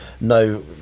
no